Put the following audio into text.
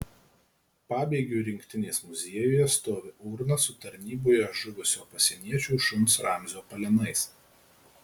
pabėgių rinktinės muziejuje stovi urna su tarnyboje žuvusio pasieniečių šuns ramzio pelenais